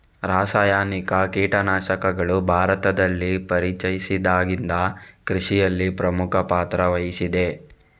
ರಾಸಾಯನಿಕ ಕೀಟನಾಶಕಗಳು ಭಾರತದಲ್ಲಿ ಪರಿಚಯಿಸಿದಾಗಿಂದ ಕೃಷಿಯಲ್ಲಿ ಪ್ರಮುಖ ಪಾತ್ರ ವಹಿಸಿದೆ